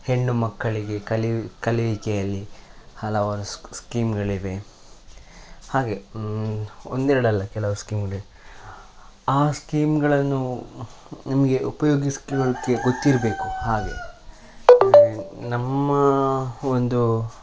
ಹೆಣ್ಣು ಮಕ್ಕಳಿಗೆ ಕಲಿಯುವ ಕಲಿವಿಕೆಯಲ್ಲಿ ಹಲವಾರು ಸ್ಕು ಸ್ಕೀಮ್ಗಳಿವೆ ಹಾಗೆ ಒಂದೆರಡಲ್ಲ ಕೆಲವು ಸ್ಕೀಮ್ಗಳಿವೆ ಆ ಸ್ಕೀಮ್ಗಳನ್ನು ನಮಗೆ ಉಪಯೋಗಿಸ್ಕೊಳಕ್ಕೆ ಗೊತ್ತಿರಬೇಕು ಹಾಗೆ ನಮ್ಮ ಒಂದು